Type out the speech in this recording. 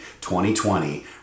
2020